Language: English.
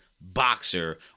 boxer